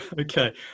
Okay